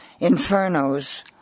infernos